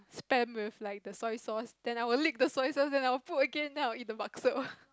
spam with like the soy sauce then I will lick the soy sauce then I will put again then I will eat the bakso